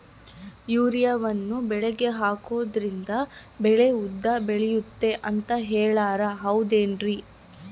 ಯೂರಿಯಾವನ್ನು ಬೆಳೆಗೆ ಹಾಕೋದ್ರಿಂದ ಬೆಳೆ ಉದ್ದ ಬೆಳೆಯುತ್ತೆ ಅಂತ ಹೇಳ್ತಾರ ಹೌದೇನ್ರಿ?